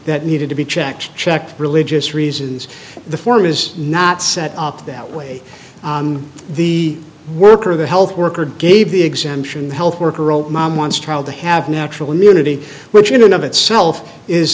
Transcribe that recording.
that needed to be checked checked religious reasons the form is not set up that way the worker the health worker gave the exemption health worker own mom wants child to have natural immunity which in and of itself is